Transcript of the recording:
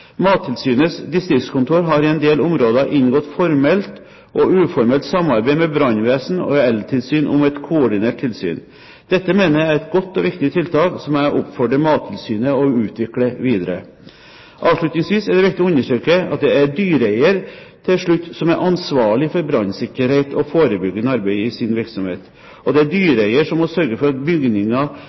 Mattilsynets distriktskontorer har i en del områder inngått formelt og uformelt samarbeid med brannvesen og eltilsyn om et koordinert tilsyn. Dette mener jeg er et godt og viktig tiltak som jeg vil oppfordre Mattilsynet til å utvikle videre. Avslutningsvis er det viktig å understreke at det er dyreeier som til slutt er ansvarlig for brannsikkerhet og forebyggende arbeid i sin virksomhet. Det er dyreeier som må sørge for at